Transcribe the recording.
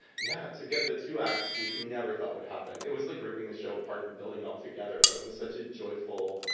yeah, to get the two acts, which we never thought would happen. it was like ripping the show apart and building it all together, but it was such a joyful.